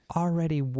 already